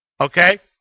Okay